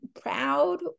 proud